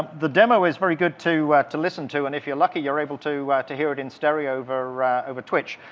the demo is very good to to listen to, and if you're lucky, you're able to to hear it in stereo over over twitch.